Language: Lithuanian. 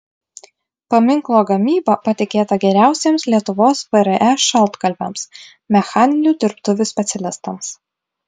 paminklo gamyba patikėta geriausiems lietuvos vre šaltkalviams mechaninių dirbtuvių specialistams